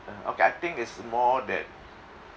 uh okay I think is more that